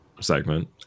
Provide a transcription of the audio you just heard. segment